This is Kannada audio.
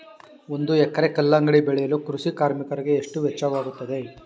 ಒಂದು ಎಕರೆ ಕಲ್ಲಂಗಡಿ ಬೆಳೆಯಲು ಕೃಷಿ ಕಾರ್ಮಿಕರಿಗೆ ಎಷ್ಟು ವೆಚ್ಚವಾಗುತ್ತದೆ?